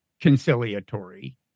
conciliatory